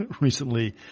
recently